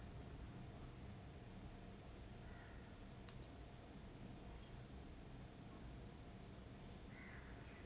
he do for how long